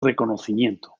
reconocimiento